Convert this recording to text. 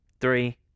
Three